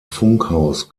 funkhaus